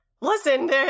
listen